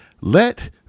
Let